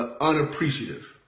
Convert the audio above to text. unappreciative